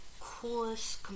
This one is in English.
coolest